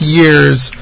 year's